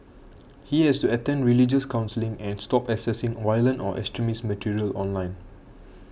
he has to attend religious counselling and stop accessing violent or extremist material online